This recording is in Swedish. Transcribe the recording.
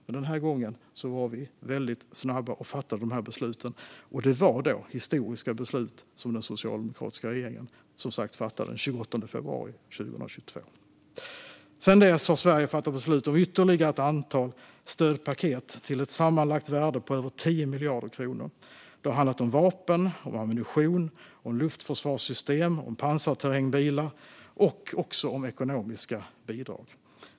Den här gången var vi dock väldigt snabba med att fatta dessa beslut, och det var historiska beslut som den socialdemokratiska regeringen som sagt fattade den 28 februari 2022. Sedan dess har Sverige fattat beslut om ytterligare ett antal stödpaket till ett sammanlagt värde av över 10 miljarder kronor. Det har handlat om vapen, ammunition, luftförsvarssystem, pansarterrängbilar och om ekonomiska bidrag.